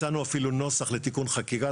הצענו אפילו נוסח לתיקון חקיקה,